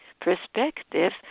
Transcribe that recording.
perspective